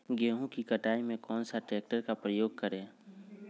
गेंहू की कटाई में कौन सा ट्रैक्टर का प्रयोग करें?